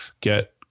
get